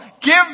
Give